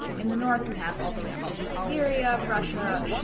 in the north we have all the way up to siberia, russia,